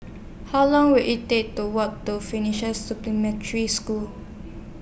How Long Will IT Take to Walk to Finnish Supplementary School